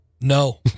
No